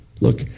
Look